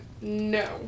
no